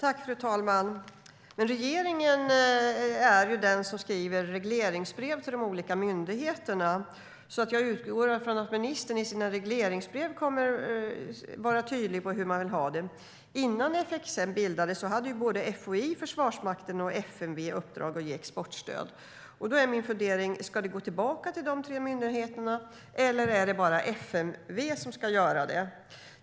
Fru talman! Regeringen är den som skriver regleringsbrev till de olika myndigheterna. Jag utgår från att ministern i sina regleringsbrev kommer att vara tydlig med hur man vill ha det. Innan FXM bildades hade FOI, Försvarsmakten och FMV i uppdrag att ge exportstöd. Då är min fundering: Ska det gå tillbaka till de tre myndigheterna, eller är det bara FMV som ska göra detta?